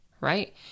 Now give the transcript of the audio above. right